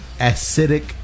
acidic